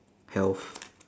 health